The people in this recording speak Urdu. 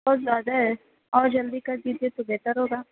بہت زیادہ ہے اور جلدی کر دیجئے تو بہتر ہوگا